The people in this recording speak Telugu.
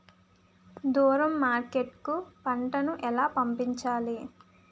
దూరం మార్కెట్ కు పంట ను ఎలా పంపించాలి?